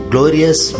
Glorious